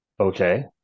Okay